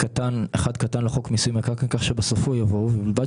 48ב(ב)(1) לחוק מיסוי מקרקעין כך שבסופו יבוא "ובלבד